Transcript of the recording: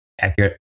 accurate